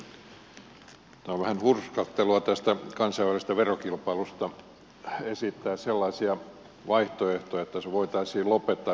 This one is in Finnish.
tämä on vähän hurskastelua esittää kansainvälisestä verokilpailusta sellaisia vaihtoehtoja että se voitaisiin lopettaa yhteispäätöksellä